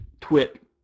TWIT